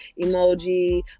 emoji